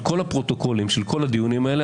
את כל הפרוטוקולים של כל הדיונים האלה,